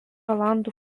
olandų